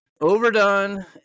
overdone